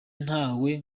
ntawe